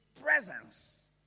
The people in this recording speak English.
presence